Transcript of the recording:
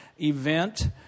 event